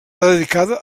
dedicada